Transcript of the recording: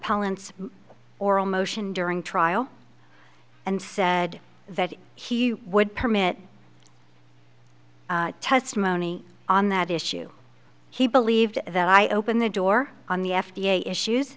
polland oral motion during trial and said that he would permit testimony on that issue he believed that i opened the door on the f d a issues